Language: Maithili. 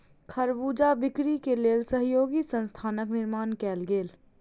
खरबूजा बिक्री के लेल सहयोगी संस्थानक निर्माण कयल गेल